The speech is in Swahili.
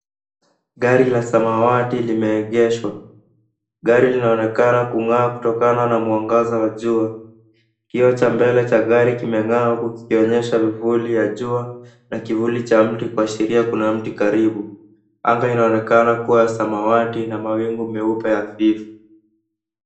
Gari la samawati limeegeshwa. Gari linaoneka kung'aa kutokana na mwangaza wa jua. Kioo cha mbele cha gari kimeng'aa huku kikionyesha kivuli ya jua na kivuli cha mti kuashiria kuna mti karibu. Anga linaonekana kuwa samawati na mawingu meupe halifu.